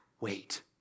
wait